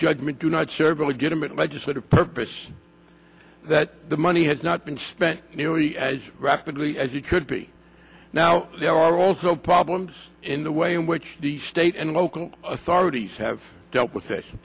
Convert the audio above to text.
judgment do not serve illegitimate legislative purpose that the money has not been spent nearly as rapidly as it could be now there are also problems in the way in which the state and local authorities have dealt with